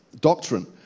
doctrine